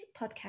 podcast